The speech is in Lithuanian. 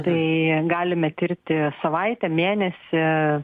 tai galime tirti savaitę mėnesį